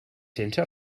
sense